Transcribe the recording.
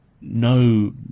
no